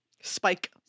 Spike